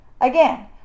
Again